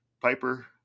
piper